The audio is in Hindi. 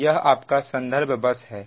तो यह आपका संदर्भ बस है